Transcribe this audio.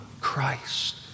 Christ